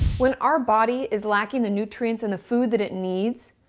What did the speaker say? when our body is lacking the nutrients and the food that it needs,